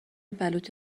بلوط